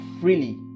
freely